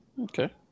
okay